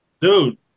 Dude